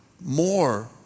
more